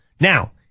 Now